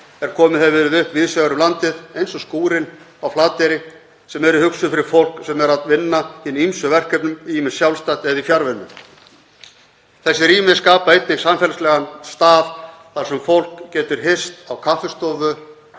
sem komið hefur verið upp víðs vegar um landið eins og Skúrinn á Flateyri, rými sem eru hugsuð fyrir fólk sem er að vinna að hinum ýmsu verkefnum, ýmist sjálfstætt eða í fjarvinnu. Þessi rými skapa einnig samfélagslegan stað þar sem fólk getur hist á kaffistofu,